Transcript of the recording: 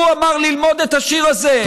הוא אמר ללמוד את השיר הזה,